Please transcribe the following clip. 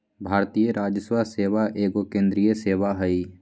भारतीय राजस्व सेवा एगो केंद्रीय सेवा हइ